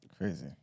Crazy